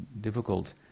difficult